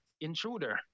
intruder